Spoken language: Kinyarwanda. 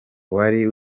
wari